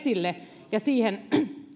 esille ja siihen